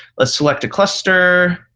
let's select a cluster.